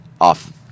off